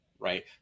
right